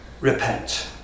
repent